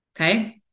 Okay